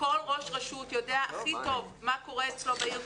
כל ראש רשות יודע הכי טוב מה קורה אצלו בעיר,